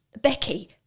Becky